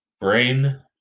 Brain